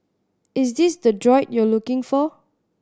is this the droid you're looking for